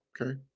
Okay